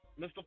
mr